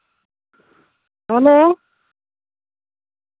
hello